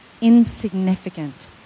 insignificant